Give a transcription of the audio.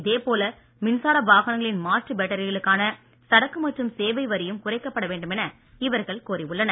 இதேபோல மின்சார வாகனங்களின் மாற்று பேட்டரிகளுக்கான சரக்கு மற்றும் சேவை வரியும் குறைக்கப்பட வேண்டும் என இவர்கள் கோரியுள்ளனர்